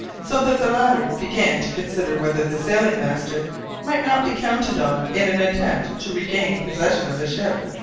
so that the latter began to consider whether the sailing-master might not be counted on in an attempt to regain possession of the ship.